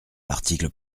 l’article